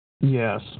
Yes